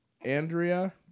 Andrea